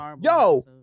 yo